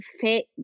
fit